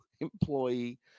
employee